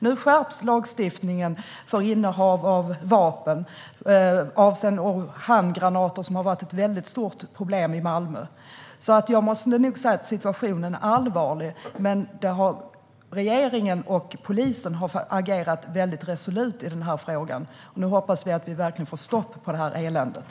Nu skärps lagstiftningen när det gäller innehav av vapen, till exempel handgranater som har varit ett stort problem i Malmö. Situationen är allvarlig, men regeringen och polisen har agerat resolut i frågan. Nu hoppas vi att vi verkligen får stopp på eländet.